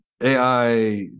AI